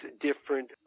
different